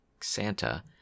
Santa